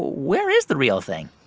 where is the real thing?